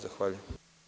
Zahvaljujem.